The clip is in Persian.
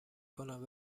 کنند